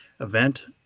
event